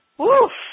woof